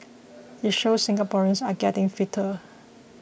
it shows Singaporeans are getting fitter